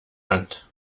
hand